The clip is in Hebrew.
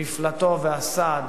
המפלט והסעד